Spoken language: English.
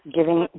Giving